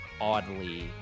oddly